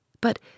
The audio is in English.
But